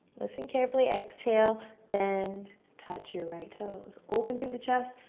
listen carefully, exhale. bend, touch your right toes. open through the chest.